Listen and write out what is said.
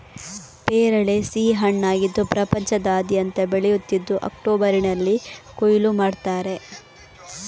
ಪೇರಳೆ ಸಿಹಿ ಹಣ್ಣಾಗಿದ್ದು ಪ್ರಪಂಚದಾದ್ಯಂತ ಬೆಳೆಯುತ್ತಿದ್ದು ಅಕ್ಟೋಬರಿನಲ್ಲಿ ಕೊಯ್ಲು ಮಾಡ್ತಾರೆ